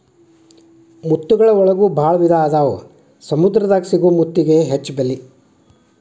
ಮುತ್ತುಗಳ ಒಳಗು ಭಾಳ ವಿಧಾ ಅದಾವ ಸಮುದ್ರ ದಾಗ ಸಿಗು ಮುತ್ತಿಗೆ ಹೆಚ್ಚ ಬೆಲಿ